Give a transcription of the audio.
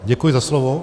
Děkuji za slovo.